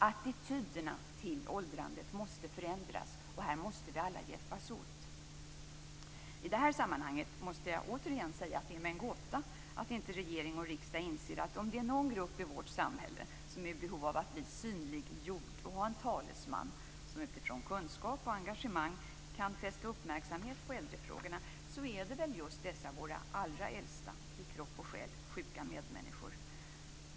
Attityderna till åldrandet måste förändras, och här måste vi alla hjälpas åt. I detta sammanhang måste jag återigen säga att det är mig en gåta att inte regering och riksdag inser att om det är någon grupp i vårt samhälle som är i behov av att bli synliggjord och att ha en talesman som utifrån kunskap och engagemang kan fästa uppmärksamhet på äldrefrågor är det just dessa våra allra äldsta, till kropp och själ sjuka, medmänniskor.